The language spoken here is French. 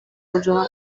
produira